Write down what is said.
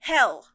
Hell